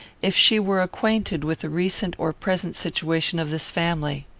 if she were acquainted with the recent or present situation of this family.